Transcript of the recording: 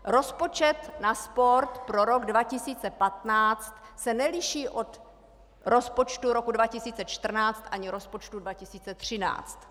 Rozpočet na sport pro rok 2015 se neliší od rozpočtu roku 2014 ani rozpočtu 2013.